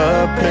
up